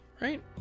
right